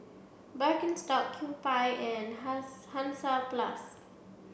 Birkenstock Kewpie and Hansaplast